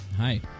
Hi